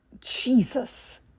Jesus